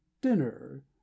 dinner